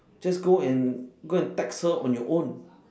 just go and go and text her on your own